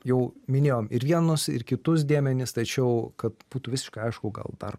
jau minėjom ir vienus ir kitus dėmenis tačiau kad būtų viskai aišku gal dar